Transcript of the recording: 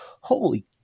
Holy